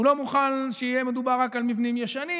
הוא לא מוכן שיהיה מדובר רק על מבנים ישנים,